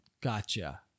Gotcha